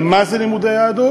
על מה זה לימודי יהדות,